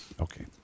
Okay